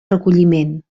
recolliment